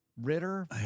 Ritter